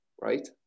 right